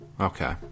Okay